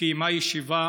קיימה ישיבה